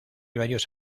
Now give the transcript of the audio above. varios